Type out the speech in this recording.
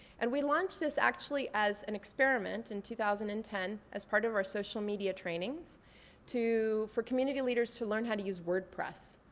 and we launched this actually as an experiment in two thousand and ten as part of our social media trainings for community leaders to learn how to use wordpress.